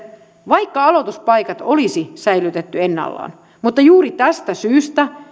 vaikka aloituspaikat olisi säilytetty ennallaan mutta juuri tästä syystä